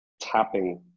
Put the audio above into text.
tapping